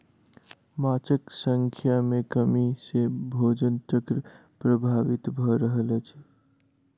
माँछक संख्या में कमी सॅ भोजन चक्र प्रभावित भ रहल अछि